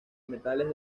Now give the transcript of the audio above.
metales